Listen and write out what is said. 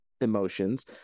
emotions